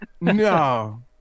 No